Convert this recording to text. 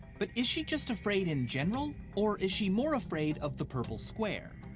but is she just afraid in general? or is she more afraid of the purple square?